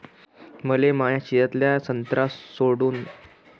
मले माया शेतातला संत्रा तोडून तो शीतपेटीमंदी ठेवायले किती खर्च येईन?